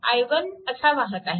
i1 असा वाहत आहे